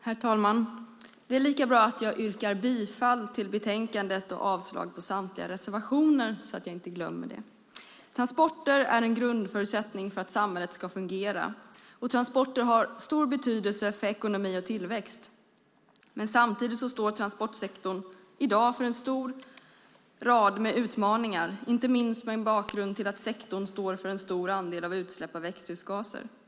Herr talman! Det är lika bra att jag först yrkar bifall till utskottets förslag i betänkandet och avslag på samtliga reservationer så att jag inte glömmer det. Transporter är en grundförutsättning för att samhället ska fungera, och transporter har stor betydelse för ekonomi och tillväxt. Samtidigt står transportsektorn i dag inför en lång rad utmaningar inte minst mot bakgrund av att sektorn står för en stor andel av utsläpp av växthusgaser.